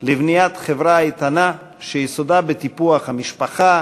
לבניית חברה איתנה שיסודה בטיפוח המשפחה,